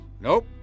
Nope